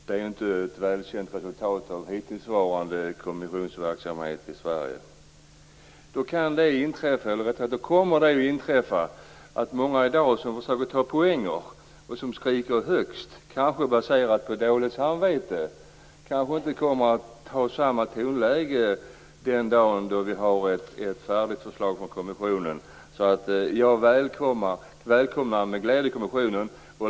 Det är ju inte något välkänt resultat av hittillsvarande kommissionsverksamhet i Sverige. Många av dem som i dag försöker ta poänger och som skriker högst, kanske på grund av dåligt samvete, kommer kanske inte att ha samma tonläge den dag vi har ett färdigt förslag från kommissionen. Så jag välkomnar med glädje kommissionen.